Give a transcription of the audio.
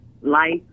life